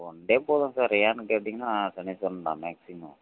one day போதும் sir ஏன்னு கேட்டீங்கன்னால் சனீஸ்வரன் மேக்ஸிமம்